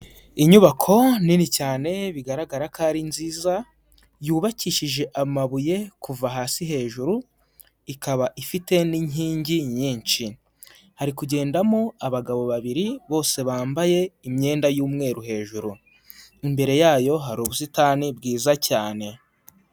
Inyubako nini cyane bigaragara ko ari nziza yubakishije amabuye kuva hasi hejuru ikaba ifite n'inkingi nyinshi, hari kugendamo abagabo babiri bose bambaye imyenda y'umweru hejuru, imbere yayo hari ubusitani bwiza cyane.